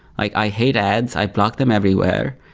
i i hate ads. i block them everywhere.